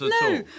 No